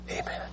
Amen